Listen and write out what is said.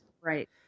Right